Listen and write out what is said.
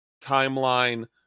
timeline